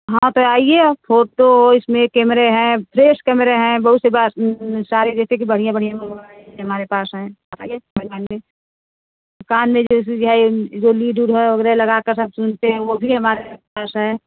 हाँ तो आइए और फ़ोटो इसमें कैमेरे हैं फ़्रेश कैमरे हैं बहुत से बार सारे जैसे कि बढ़िया बढ़िया मोबाइल हमारे पास हैं आईए बताएँगे कान में जैसे जो है जो लीड उड़ है लगाकर सब सुनते हैं वो भी हमारे पास है